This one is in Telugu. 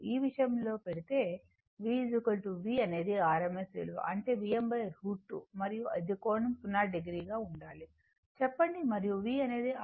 ఈ విషయం లో పెడితే V V అనేది rms విలువ అంటే Vm√ 2 మరియు ఇది కోణం 0 o గా ఉండాలి చెప్పండి మరియు V అనేది rms విలువ